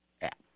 app